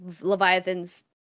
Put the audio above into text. Leviathan's